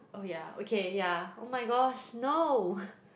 oh yeah okay yeah oh my gosh no